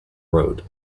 road